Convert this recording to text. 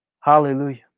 Hallelujah